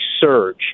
surge